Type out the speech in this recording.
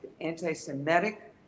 anti-Semitic